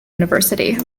university